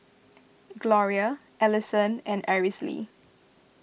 Gloria Alyson and Aracely